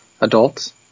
adults